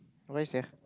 why sia